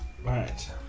Right